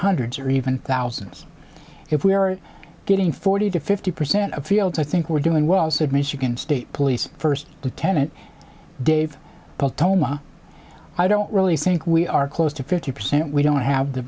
hundreds or even thousands if we are getting forty to fifty percent of field so i think we're doing well said miss you can state police first lieutenant dave hall toma i don't really think we are close to fifty percent we don't have the